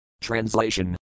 Translation